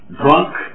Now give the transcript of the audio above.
drunk